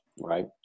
right